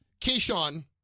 Keyshawn